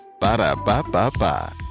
Ba-da-ba-ba-ba